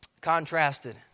contrasted